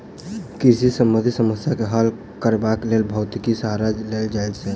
कृषि सॅ संबंधित समस्या के हल करबाक लेल भौतिकीक सहारा लेल जाइत छै